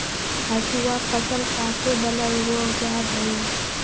हसुआ फ़सल काटे बला एगो औजार हई